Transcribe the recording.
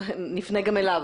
נפנה גם אליו.